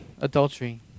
adultery